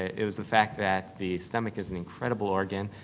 it was the fact that the stomach is an incredible organ,